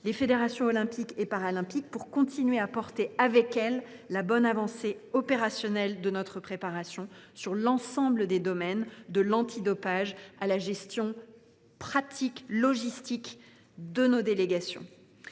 les fédérations olympiques et paralympiques pour continuer à porter avec elle la bonne avancée opérationnelle de notre préparation dans l’ensemble des domaines, de l’antidopage à la gestion logistique de nos délégations.